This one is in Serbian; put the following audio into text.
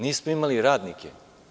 Nismo imali radnike.